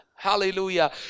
Hallelujah